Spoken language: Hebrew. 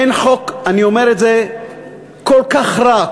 אין חוק כל כך רע,